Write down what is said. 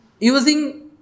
using